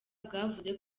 bwavuze